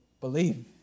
believe